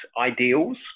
ideals